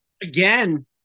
Again